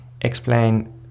explain